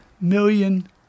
million